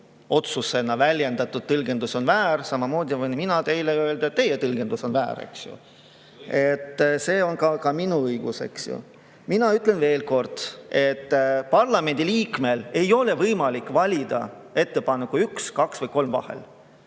otsusena väljendatud tõlgendus on väär, samamoodi võin mina teile öelda, et teie tõlgendus on väär. See on minu õigus, eks ju. Mina ütlen veel kord, et parlamendiliikmel ei ole võimalik valida ettepanekute nr 1, 2 või 3 vahel.